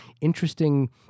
interesting